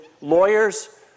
lawyers